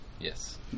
Yes